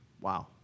wow